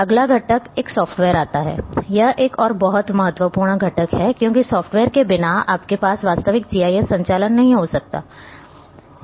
अगला घटक एक सॉफ्टवेयर आता है यह एक और बहुत महत्वपूर्ण घटक है क्योंकि सॉफ्टवेयर के बिना आपके पास वास्तविक जीआईएस संचालन नहीं हो सकता है